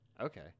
Okay